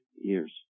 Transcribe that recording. years